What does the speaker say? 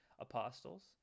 apostles